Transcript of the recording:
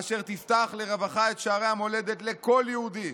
אשר תפתח לרווחה את שערי המולדת לכל יהודי